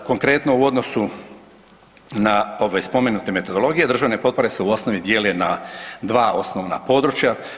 Sad konkretno u odnosu na ove spomenute metodologije, državne potpore se u osnovi dijele na dva osnovna područja.